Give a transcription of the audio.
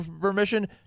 permission